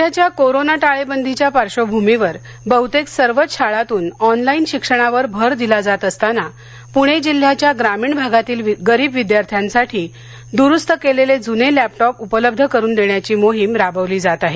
सध्याच्या कोरोना टाळेबंदीच्या पार्श्वभूमीवर बहुतेक सर्वच शाळांतून ऑनलाईन शिक्षणावर भर दिला जात असताना पुणे जिल्ह्याच्या ग्रामीण भागातील गरीव विद्यार्थ्यांसाठी द्रुस्त केलेले ज़्ने लॅपटॉप उपलब्ध करून देण्याची मोहीम राबवली जात आहे